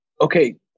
okay